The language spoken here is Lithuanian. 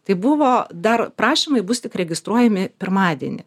tai buvo dar prašymai bus tik registruojami pirmadienį